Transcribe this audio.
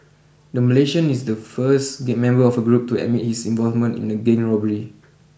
the Malaysian is the first the member of a group to admit his involvement in a gang robbery